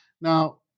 Now